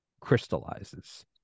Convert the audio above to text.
crystallizes